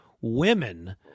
Women